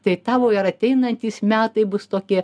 tai tavo ir ateinantys metai bus tokie